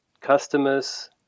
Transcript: customers